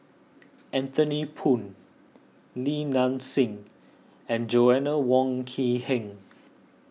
Anthony Poon Li Nanxing and Joanna Wong Quee Heng